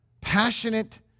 passionate